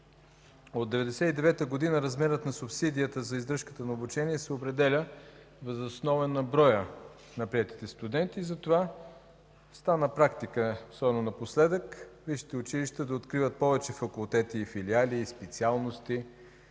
от 1999 г. размерът на субсидията за издръжката на обучение се определя въз основа на броя на приетите студенти. Затова стана практика, особено напоследък, висшите училища да откриват повече факултети и филиали, специалности